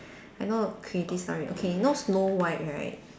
I know a creative story okay you know Snow White right